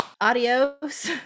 adios